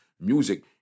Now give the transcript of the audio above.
music